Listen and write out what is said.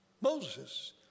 Moses